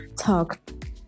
talk